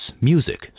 music